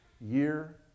year